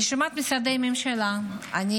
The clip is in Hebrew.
אני שומעת את משרדי הממשלה, אני